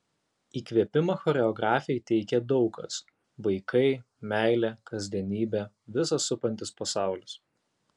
įkvėpimą choreografei teikia daug kas vaikai meilė kasdienybė visas supantis pasaulis